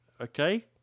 Okay